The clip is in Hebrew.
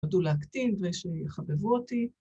עדו להקטין ושיחבבו אותי.